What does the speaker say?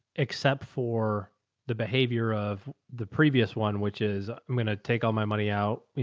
except for the behavior of the previous one, which is i'm going to take all my money out. you